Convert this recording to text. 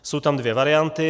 Jsou tam dvě varianty.